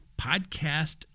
podcast